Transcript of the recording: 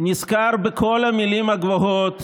נזכר בכל המילים הגבוהות